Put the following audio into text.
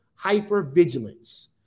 hypervigilance